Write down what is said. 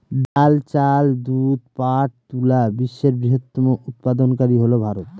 ডাল, চাল, দুধ, পাট এবং তুলা বিশ্বের বৃহত্তম উৎপাদনকারী হল ভারত